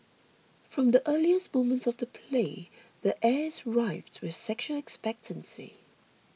from the earliest moments of the play the air is rife with sexual expectancy